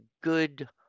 good